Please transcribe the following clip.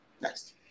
Next